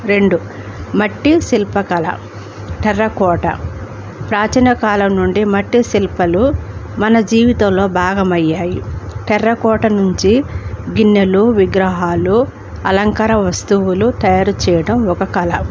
రెండు మట్టి శిల్ప కళ టెర్రకోట ప్రాచీనకాలం నుండి మట్టి శిల్పాలు మన జీవితంలో భాగమయ్యాయి టెర్రకోట నుంచి గిన్నెలు విగ్రహాలు అలంకార వస్తువులు తయారు చేయడం ఒక కళ